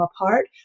apart